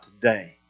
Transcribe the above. today